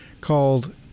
called